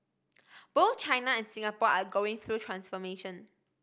both China and Singapore are going through transformation